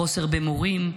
חוסר במורים,